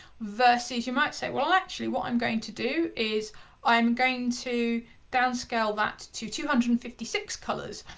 versus you might say, well, actually, what i'm going to do is i am going to downscale that to two hundred and fifty six colors.